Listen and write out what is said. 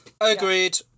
Agreed